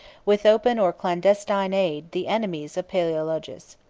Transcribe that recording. with open or clandestine aid, the enemies of palaeologus.